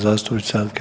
zastupnice Anke